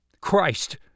Christ